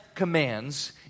commands